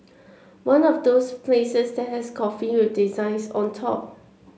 one of those places that has coffee with designs on top